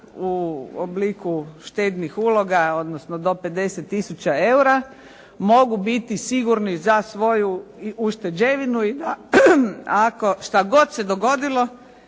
u obliku štednih uloga, odnosno do 50 tisuća eura mogu biti sigurni za svoju ušteđevinu i da ako šta god se dogodilo